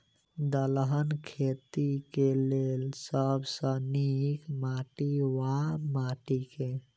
दलहन खेती केँ लेल सब सऽ नीक माटि वा माटि केँ?